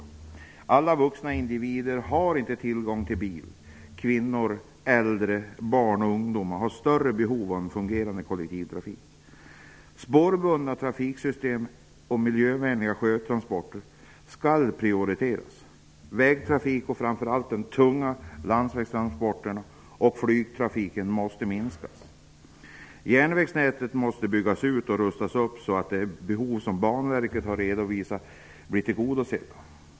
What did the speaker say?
Det är inte alla vuxna individer som har tillgång till bil. Kvinnor, äldre, barn och ungdomar har större behov av en fungerande kollektivtrafik. Spårbundna trafiksystem och miljövänliga sjötransporter skall prioriteras. Vägtrafiken, framför allt tunga landsvägstransporter, och flygtrafiken måste minskas. Järnvägsnätet måste byggas ut och rustas upp så att de behov som Banverket har redovisat blir tillgodosedda.